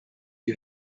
you